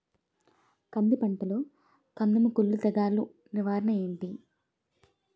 కంది పంటలో కందము కుల్లు తెగులు నివారణ ఏంటి?